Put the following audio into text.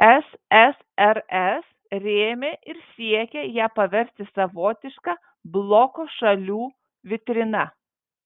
ssrs rėmė ir siekė ją paversti savotiška bloko šalių vitrina